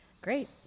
Great